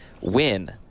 win